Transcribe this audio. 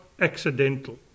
accidental